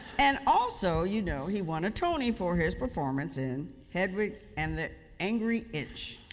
and also, you know, he won a tony for his performance in hedwig and the angry inch.